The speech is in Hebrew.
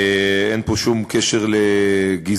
אין פה שום קשר לגזענות.